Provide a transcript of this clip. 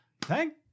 thank